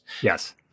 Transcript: Yes